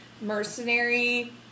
mercenary